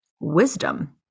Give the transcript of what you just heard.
wisdom